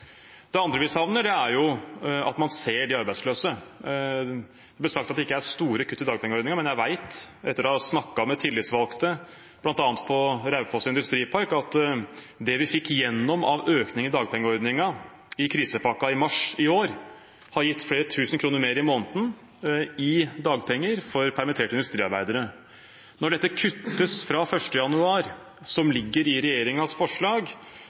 Det andre vi savner, er at man ser de arbeidsløse. Det blir sagt at det ikke er store kutt i dagpengeordningen, men jeg vet etter å ha snakket med tillitsvalgte, bl.a. på Raufoss Industripark, at det vi fikk igjennom av økninger i dagpengeordningen i krisepakken i mars i år, har gitt flere tusen kroner mer i måneden i dagpenger for permitterte industriarbeidere. Når dette kuttes fra 1. januar, som ligger i regjeringens forslag,